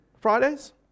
Fridays